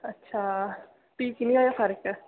अच्छा फ्ही की नी होएया फर्क